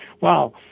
wow